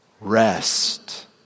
Rest